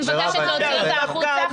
אני מבקשת להוציא אותה החוצה.